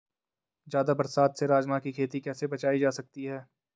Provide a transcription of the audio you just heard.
ज़्यादा बरसात से राजमा की खेती कैसी बचायी जा सकती है?